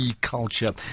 culture